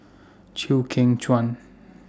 Chew Kheng Chuan